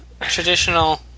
traditional